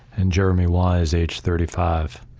and jeremy wise, age thirty five.